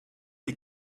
des